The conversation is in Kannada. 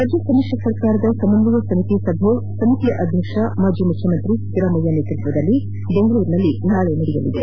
ರಾಜ್ಯ ಸಮ್ಮಿಶ್ರ ಸರ್ಕಾರದ ಸಮನ್ವಯ ಸಮಿತಿ ಸಭೆ ಸಮಿತಿಯ ಅಧ್ಯಕ್ಷ ಮಾಜಿ ಮುಖ್ಯಮಂತ್ರಿ ಸಿದ್ದರಾಮಯ್ಯ ನೇತೃತ್ವದಲ್ಲಿ ಬೆಂಗಳೂರಿನಲ್ಲಿ ನಾಳೆ ನಡೆಯಲಿದೆ